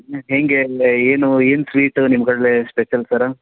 ಮತ್ತು ಹೇಗೆ ಎಲ್ಲ ಏನು ಏನು ಸ್ವೀಟ್ ನಿಮ್ಗೆ ಅಲ್ಲಿ ಸ್ಪೆಷಲ್ ಸರ್